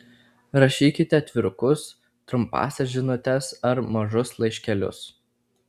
rašykite atvirukus trumpąsias žinutes ar mažus laiškelius